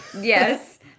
yes